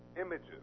images